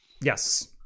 Yes